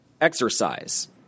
exercise